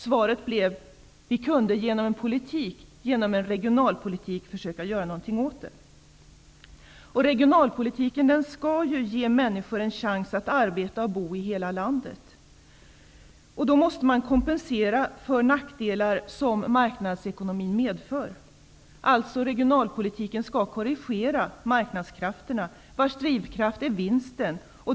Svaret blev att vi genom en regionalpolitik kunde försöka att göra någonting åt det hela. Regionalpolitiken skall ge människor en chans att arbeta och bo i hela landet. Då måste man kompensera för de nackdelar som marknadsekonomin medför, dvs. regionalpolitiken skall korrigera marknadskrafterna vilkas drivkraft är vinst.